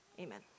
Amen